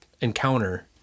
encounter